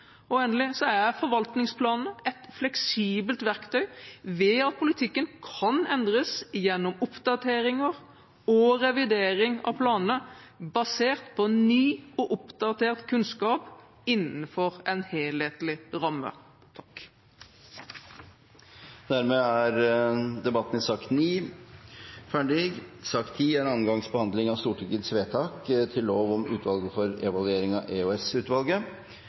måte. Endelig er forvaltningsplanene et fleksibelt verktøy ved at politikken kan endres gjennom oppdateringer og revidering av planene basert på ny og oppdatert kunnskap innenfor en helhetlig ramme. Dermed er debatten i sak nr. 9 avsluttet. Ingen har bedt om ordet. Stortinget er da klar til